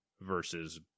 versus